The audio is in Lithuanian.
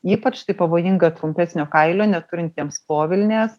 ypač tai pavojinga trumpesnio kailio neturintiems povilnės